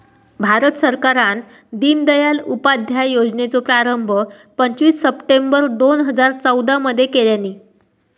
भारत सरकारान दिनदयाल उपाध्याय योजनेचो प्रारंभ पंचवीस सप्टेंबर दोन हजार चौदा मध्ये केल्यानी